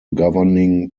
governing